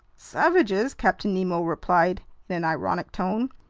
savages! captain nemo replied in an ironic tone.